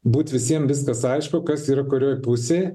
būt visiem viskas aišku kas yra kurioj pusėj